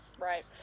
right